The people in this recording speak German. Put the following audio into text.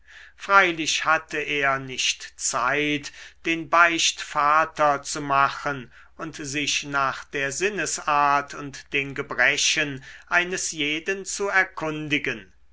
freilich hatte er nicht zeit den beichtvater zu machen und sich nach der sinnesart und den gebrechen eines jeden zu erkundigen